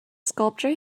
sculpture